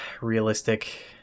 realistic